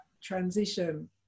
transition